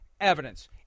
evidence